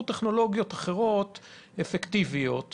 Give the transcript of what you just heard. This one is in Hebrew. טכנולוגיות אפקטיביות אחרות,